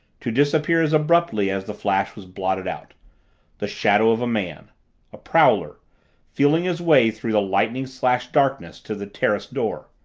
to disappear as abruptly as the flash was blotted out the shadow of a man a prowler feeling his way through the lightning-slashed darkness to the terrace door.